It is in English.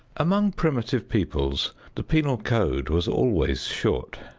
among primitive peoples the penal code was always short.